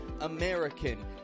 American